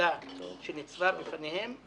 הפלדה שניצבה בפניהם,